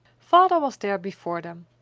father was there before them.